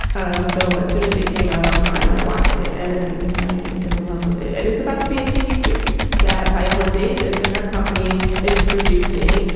um so as soon as it came out on prime, i watched it and and i am in love with it. and it's about to be a tv series that viola davis and her company is producing.